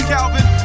Calvin